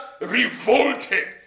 revolted